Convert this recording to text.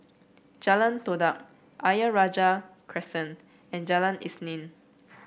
Jalan Todak Ayer Rajah Crescent and Jalan Isnin